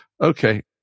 okay